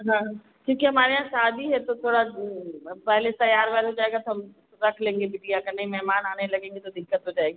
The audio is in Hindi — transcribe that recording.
हाँ क्यूँकि हमारे यहाँ शादी है तो थोड़ा पहले तैयार वैयार हो जाएगा तो हम रख लेंगे बिटिया का नहीं मेहमान आने लगेंगे तो दिक्कत हो जाएगी